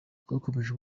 twakomeje